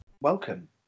welcome